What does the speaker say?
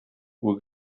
uhr